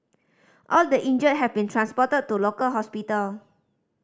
all the injured have been transported to local hospital